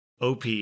OP